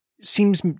seems